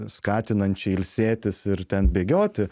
skatinančiai ilsėtis ir ten bėgioti